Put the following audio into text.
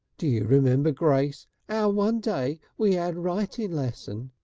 d'you remember, grace, ow one day we ad writing lesson.